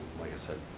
like i said,